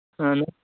اَہَن حظ